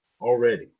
Already